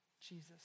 Jesus